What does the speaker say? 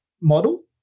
model